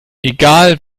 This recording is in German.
egal